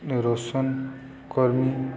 ରୋସନ କର୍ମୀ